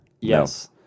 Yes